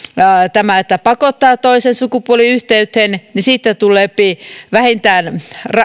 tämä että jos pakottaa toisen sukupuoliyhteyteen niin siitä tulee vähintään